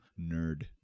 nerd